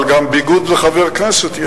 אבל יש גם ביגוד לחבר כנסת.